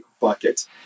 bucket